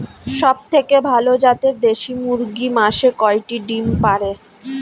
সবথেকে ভালো জাতের দেশি মুরগি মাসে কয়টি ডিম পাড়ে?